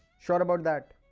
sure about that?